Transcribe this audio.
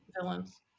villains